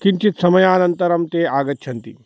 किञ्चित् समयानन्तरं ते आगच्छन्ति